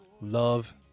Love